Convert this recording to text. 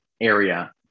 area